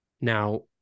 Now